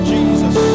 Jesus